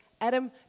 Adam